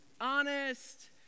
honest